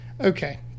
okay